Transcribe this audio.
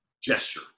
gesture